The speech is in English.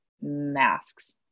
masks